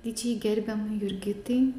didžiai gerbiamai jurgitai